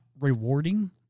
rewarding